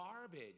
garbage